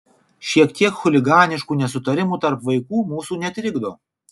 šiek tiek chuliganiškų nesutarimų tarp vaikų mūsų netrikdo